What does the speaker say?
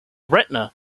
retina